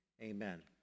Amen